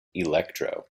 electro